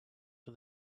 for